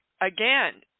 again